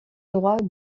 droit